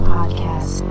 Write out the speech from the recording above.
Podcast